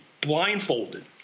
blindfolded